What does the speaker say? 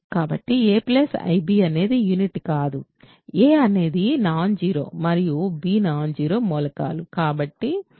కాబట్టి a ib అనేది unit కాదు a నాన్ జీరో మరియు b నాన్ జీరో మూలకాలు